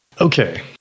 Okay